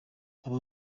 abo